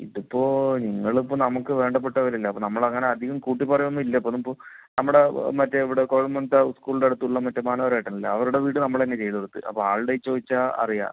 ഇതിപ്പോൾ നിങ്ങളിപ്പോൾ നമുക്ക് വേണ്ടപ്പെട്ടവരല്ലേ അപ്പം നമ്മളങ്ങനെ അധികം കൂട്ടി പറയോന്നുമില്ല ഇപ്പോൾ നമുക്ക് ഇപ്പോൾ നമ്മടെ മറ്റേ ഇവിടെ കോതമംഗലത്ത് ആ സ്കൂളിൻ്റെ അടുത്തുള്ള മറ്റേ മനോഹരേട്ടനില്ലേ അവരുടെ വീട് നമ്മൾ തന്നെയാ ചെയ്തു കൊടുത്ത് അപ്പം ആളോട് ചോദിച്ചാൽ അറിയാം